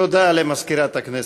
תודה למזכירת הכנסת.